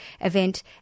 event